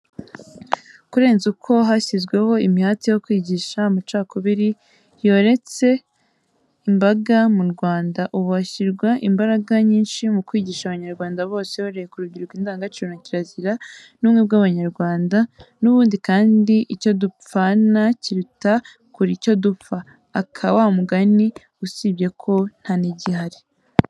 Kurenza uko hashyizweho imihati yo kwigisha amacakubiri yoretse imbaga mu Rwanda, ubu hashyirwa imbaraga nyinshi mu kwigisha abanyarwanda bose, uhereye ku rubyiruko indangagaciro na kirazira n'ubumwe bw'abanyarwanda; n'ubundi kandi icyo dupfana kiruta kure icyo dupfa aka wa mugani, usibye ko nta n'igihari.